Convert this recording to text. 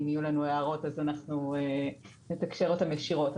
אם יהיו לנו הערות נגיד אותן ישירות,